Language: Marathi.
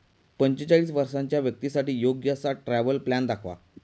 पंचेचाळीस वर्षांच्या व्यक्तींसाठी योग्य असा ट्रॅव्हल प्लॅन दाखवा